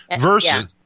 Versus